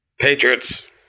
Patriots